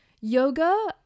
yoga